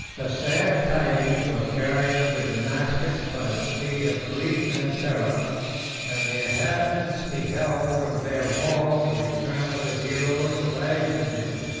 the sad tidings were carried to damascus by the speed of grief and terror and the inhabitants beheld from their walls the return of the heroes of aiznadin.